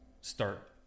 start